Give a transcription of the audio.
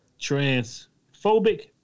transphobic